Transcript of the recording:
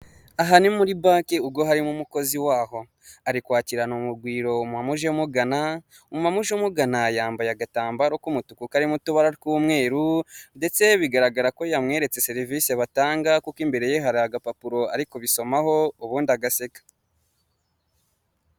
Aha ni muri banki ubwo harimo umukozi waho ari kwakirana urugwiro umu mama uje amugana, umu mama uje amugana yambaye agatambaro k'umutuku karimo utubara tw'umweru ndetse bigaragara ko yamweretse serivisi batanga kuko imbere ye hari agapapuro ariku bisomaho ubundi agaseka.